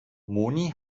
moni